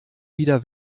wieder